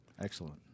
Excellent